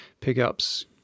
pickups